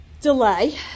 delay